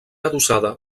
adossada